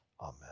Amen